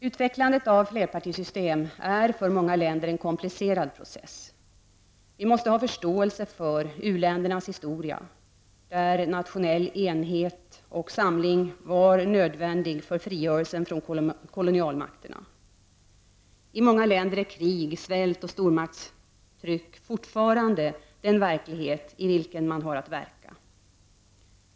Utvecklandet av flerpartisystem är för många länder en komplicerad process. Vi måste ha förståelse för u-ländernas historia, där nationell enhet och samling var nödvändig för frigörelsen från kolonialmakterna. I många länder är krig, svält och stormaktstryck fortfarande den verklighet i vilken man har att verka.